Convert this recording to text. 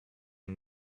and